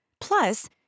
plus